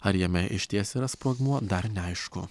ar jame išties yra sprogmuo dar neaišku